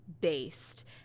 based